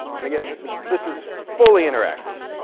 and again, this is this is fully interactive.